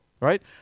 right